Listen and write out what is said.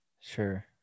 Sure